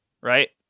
right